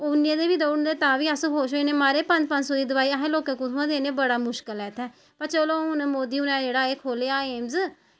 उन्ने दी बी देन तां अच्छी गल्ल ऐ म्हाराज पंज पंज सौ दी दोआई दे पैसे असें लोकें कुत्थां देने बाऽ चलो हून मोदी होरें खोल्लेआ एह् एम्स